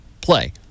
play